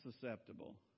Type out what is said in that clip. susceptible